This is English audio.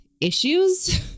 issues